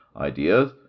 ideas